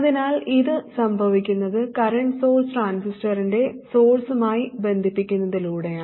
അതിനാൽ ഇത് സംഭവിക്കുന്നത് കറന്റ് സോഴ്സ് ട്രാൻസിസ്റ്ററിന്റെ സോഴ്സുമായി ബന്ധിപ്പിക്കുന്നതിലൂടെയാണ്